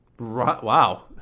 wow